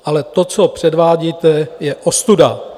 Ale to, co předvádíte, je ostuda.